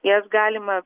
jas galima